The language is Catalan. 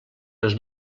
les